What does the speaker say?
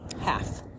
half